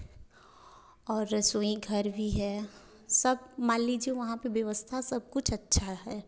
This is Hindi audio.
और रसोई घर भी है सब मान लीजिये वहाँ पर व्यवस्था सब कुछ अच्छा है